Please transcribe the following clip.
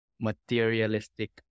materialistic